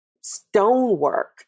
stonework